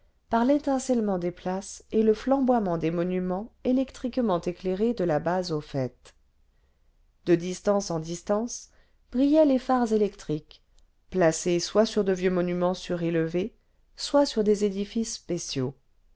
par rétincellement des places et le flamboiement des monuments électriquement éclairés de la base au faîte de distance en distance brillaient les phares électriques placés soit sur de vieux monuments surélevés soit sur des édifices spéciaux